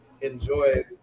enjoy